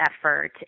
effort